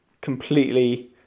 completely